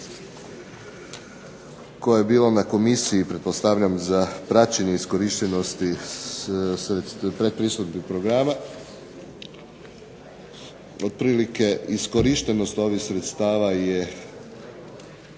koje je bilo na komisiji pretpostavljam za praćenje iskorištenosti pretpristupnih programa, otprilike iskorištenost ovih sredstava je